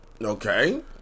Okay